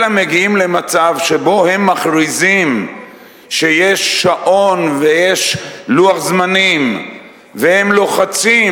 אלא מגיעים למצב שבו הם מכריזים שיש שעון ויש לוח זמנים והם לוחצים